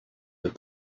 that